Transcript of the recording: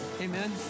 Amen